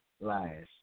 lies